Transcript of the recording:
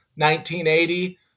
1980